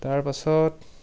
তাৰপাছত